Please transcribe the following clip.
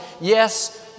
Yes